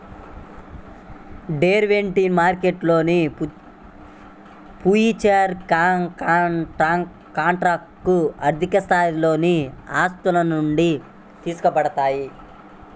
derivative మార్కెట్లో futures కాంట్రాక్ట్లు ఆర్థికసాధనాలు ఆస్తుల నుండి తీసుకోబడ్డాయి